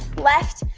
left,